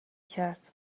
کرد